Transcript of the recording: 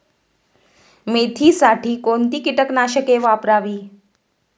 मेथीसाठी कोणती कीटकनाशके वापरावी?